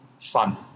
fun